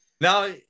Now